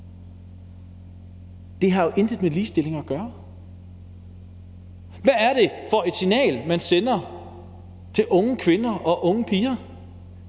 Det har jo intet med ligestilling at gøre. Hvad er det for et signal, man sender til unge kvinder og piger